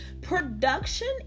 Production